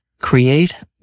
create